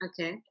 Okay